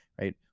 right